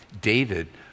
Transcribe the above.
David